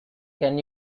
can